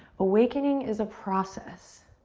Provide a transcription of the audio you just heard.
awakening is a process.